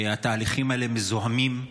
התהליכים האלה מזוהמים.